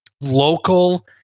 local